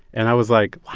and i was like,